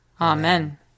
Amen